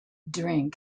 drink